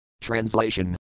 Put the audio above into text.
Translation